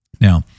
Now